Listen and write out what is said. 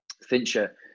Fincher